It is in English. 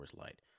Light